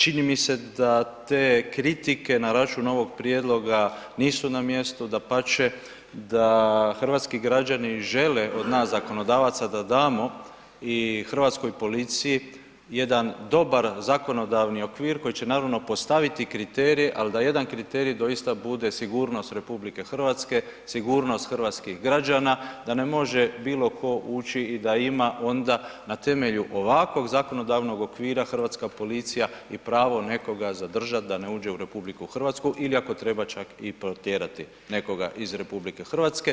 Čini mi se da te kritike na račun ovog prijedloga nisu na mjestu, dapače, da hrvatski građani žele od nas zakonodavaca da damo i hrvatskoj policiji, jedan dobar zakonodavni okvir, koji će naravno postaviti kriterije, ali da jedan kriterij, doista bude sigurnost RH, sigurnost hrvatskih građana, da ne može bilo tko ući i da ima onda na temelju ovakvog zakonodavnog okvira, hrvatska policija i pravo nekoga zadržati da ne uđe u RH ili ako treba čak i potjerati nekoga iz RH.